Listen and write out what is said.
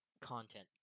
content